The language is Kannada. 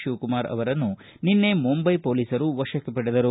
ಶಿವಕುಮಾರ್ ಅವರನ್ನು ನಿನ್ನೆ ಮುಂಬೈ ಪೊಲೀಸರು ವಶಕ್ಕೆ ಪಡೆದರು